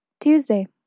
Tuesday